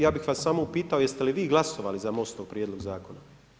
Ja bih vas samo upitao, jeste li vi glasovali za MOST-ov prijedlog zakona?